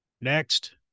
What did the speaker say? next